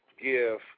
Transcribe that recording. give